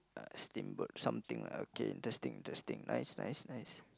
uh steamboat something okay interesting interesting nice nice nice